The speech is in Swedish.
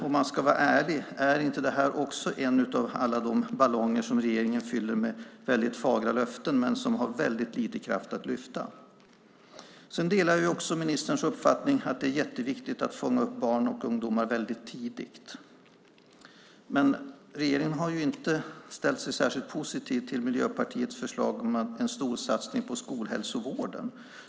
Om man ska vara ärlig, är inte också det här en av alla de ballonger som regeringen fyller med väldigt fagra löften men som har väldigt lite kraft att lyfta? Jag delar också ministerns uppfattning att det är jätteviktigt att fånga upp barn och ungdomar väldigt tidigt. Men regeringen har inte ställt sig särskilt positiv till Miljöpartiets förslag om en stor satsning på skolhälsovården.